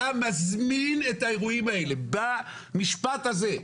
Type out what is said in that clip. אתה מזמין את האירועים האלה במשפט הזה.